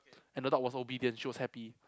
and the dog was obedient she was happy